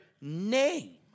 name